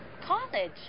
College